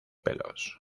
pelos